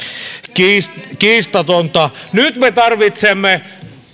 kiistatonta kiistatonta nyt me tarvitsemme